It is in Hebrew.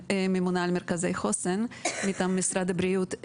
וממונה על מרכזי חוסן מטעם משרד הבריאות.